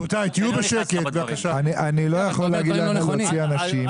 אני לא יכול להגיד להוציא אנשים.